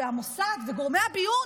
המוסד וגורמי הביון